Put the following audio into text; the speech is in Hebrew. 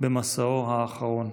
במסעו האחרון.